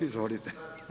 Izvolite.